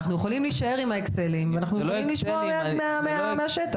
אנחנו יכולים להישאר עם האקסלים ואנחנו יכולים לשמוע אותנטי מהשטח.